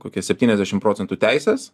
kokie septyniasdešimt procentų teisės